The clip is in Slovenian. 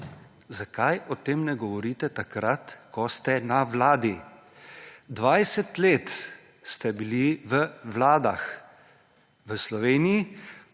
Zakaj o tem ne govorite takrat, ko ste na vladi? 20 let ste bili v vladah v Sloveniji,